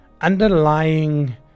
underlying